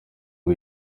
ngo